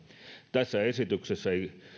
tässä esityksessä ei